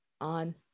on